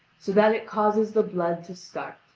so that it causes the blood to start.